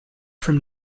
from